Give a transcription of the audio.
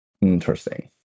interesting